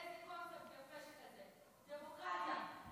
איזה קונספט יפה שכזה, דמוקרטיה.